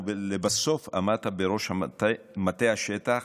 ולבסוף עמדת בראש מטה השטח.